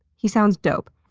he sounds dope.